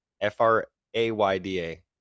F-R-A-Y-D-A